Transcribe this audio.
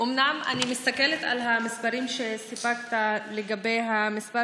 אני מסתכלת על המספרים שסיפקת לגבי המספר